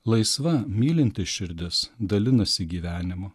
laisva mylinti širdis dalinasi gyvenimu